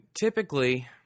typically